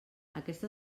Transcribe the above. aquesta